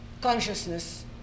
consciousness